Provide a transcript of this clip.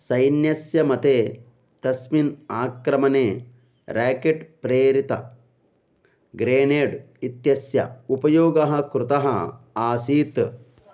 सैन्यस्य मते तस्मिन् आक्रमणे रेकेट् प्रेरित ग्रेनेड् इत्यस्य उपयोगः कृतः आसीत्